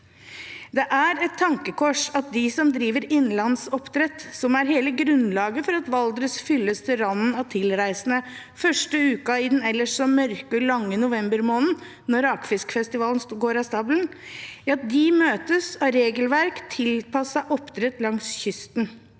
Det er et tankekors at de som driver innlandsoppdrett – som er hele grunnlaget for at Valdres fylles til randen av tilreisende den første uken i den ellers så mørke og lange novembermåneden, når rakfiskfestivalen går av stabelen – møtes av regelverk tilpasset oppdrett langs kysten.